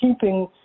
keeping